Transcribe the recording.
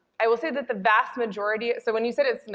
i will say that the vast majority, so when you said it's, like,